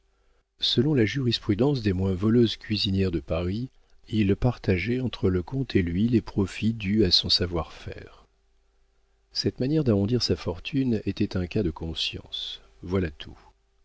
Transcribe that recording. selon la jurisprudence des moins voleuses cuisinières de paris il partageait entre le comte et lui les profits dus à son savoir-faire cette manière d'arrondir sa fortune était un cas de conscience voilà tout